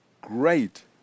great